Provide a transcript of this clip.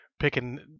picking